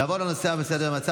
נעבור לנושא הבא על סדר-היום,